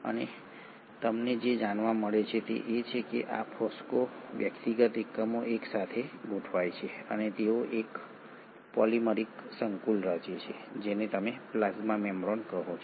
અને તમને જે જાણવા મળે છે તે એ છે કે આ ફોસ્ફો વ્યક્તિગત એકમો એકસાથે ગોઠવાય છે અને તેઓ એક પોલિમરિક સંકુલ રચે છે જેને તમે પ્લાઝ્મા મેમ્બ્રેન કહો છો